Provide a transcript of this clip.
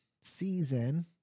season